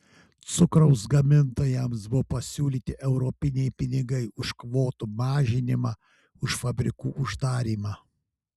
cukraus gamintojams buvo pasiūlyti europiniai pinigai už kvotų mažinimą už fabrikų uždarymą